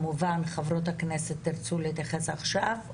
חברות הכנסת, אתן מבקשות להתייחס כבר עכשיו?